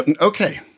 Okay